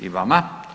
I vama.